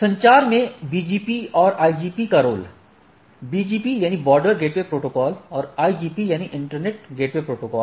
संचार में BGP और IGP का role BGP border gateway protocol और IGP इंटरनेट गेटवे प्रोटोकॉल